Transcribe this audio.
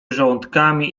żołądkami